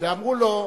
ואמרו לו: